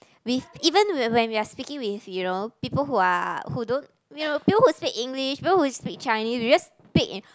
we've even when when we are speaking with you know people who are who don't you know people who speak English people who speak Chinese we just speak in